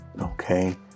Okay